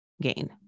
gain